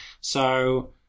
So-